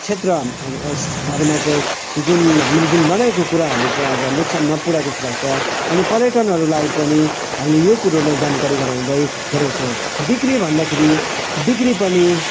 क्षेत्रहरू हस् हरूमा चाहिँ यो जुन हामीले जुन बनाएको कुराहरूले चाहिँ आज नोक्सान नपुऱ्याएको जस्तो लाग्छ अनि पर्यटनहरूलाई पनि हामीले यो कुरोनै जानकारी गराउँदै गरेका छौँ बिक्री भन्दाखेरि बिक्री पनि